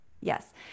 yes